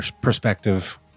perspective